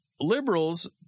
liberals